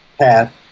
path